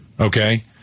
Okay